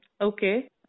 Okay